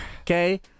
Okay